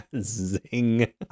Zing